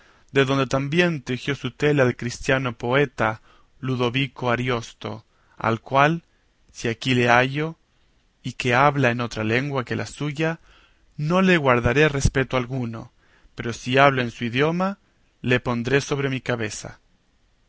de donde también tejió su tela el cristiano poeta ludovico ariosto al cual si aquí le hallo y que habla en otra lengua que la suya no le guardaré respeto alguno pero si habla en su idioma le pondré sobre mi cabeza